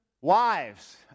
Wives